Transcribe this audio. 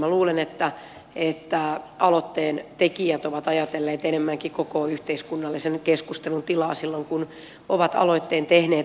minä luulen että aloitteen tekijät ovat ajatelleet enemmänkin koko yhteiskunnallisen keskustelun tilaa silloin kun ovat aloitteen tehneet